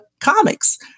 comics